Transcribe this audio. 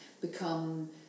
become